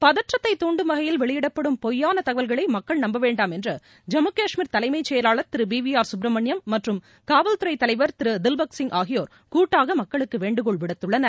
பதற்றத்தை தூண்டும் வகையில் வெளியிடப்படும் பொய்யான தகவல்களை மக்கள் நம்ப வேண்டாம் என்று ஜம்மு காஷ்மீர் தலைமைச் செயலாளர் திரு பி வி ஆர் சுப்பிரமணியம் மற்றும் காவல்துறை தலைவர் திரு தில்பக் சிங் ஆகியோர் கூட்டாக மக்களுக்கு வேண்டுகோள் விடுத்துள்ளனர்